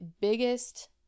biggest